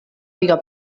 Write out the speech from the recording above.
diga